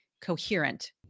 coherent